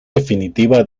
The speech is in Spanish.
definitiva